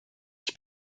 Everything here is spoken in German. ich